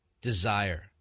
desire